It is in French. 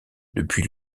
depuis